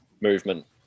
movement